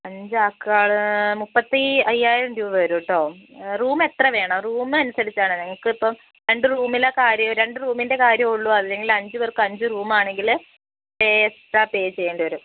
അഞ്ചാൾക്കാർ മുപ്പത്തി അയ്യായിരം രൂപ വരും കേട്ടോ റൂമെത്ര വേണം റൂമനുസരിച്ചാണ് നിങ്ങൾക്ക് ഇപ്പം രണ്ടു റൂമിലെ കാര്യം രണ്ടു റൂമിൻ്റെ കാര്യമേ ഉള്ളൂ അല്ലെങ്കിൽ അഞ്ചുപേർക്ക് അഞ്ചുറൂമാണെങ്കിൽ എക്സ്ട്രാ പേ ചെയ്യേണ്ടിവരും